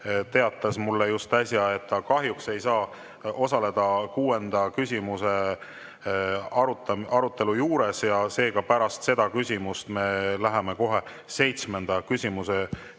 teatas mulle just äsja, et ta kahjuks ei saa osaleda kuuenda küsimuse arutelu juures, seega pärast seda küsimust me läheme kohe seitsmenda